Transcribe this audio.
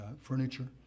furniture